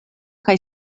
kaj